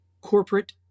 corporate